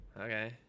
Okay